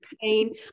pain